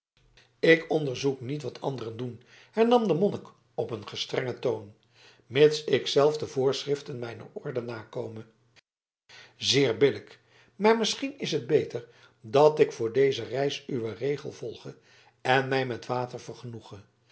ik onderzoek niet wat anderen doen hernam de monnik op een gestrengen toon mits ik zelf de voorschriften mijner orde nakome zeer billijk maar misschien is het beter dat ik voor deze reis uwen regel volge en mij met water